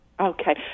Okay